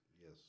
Yes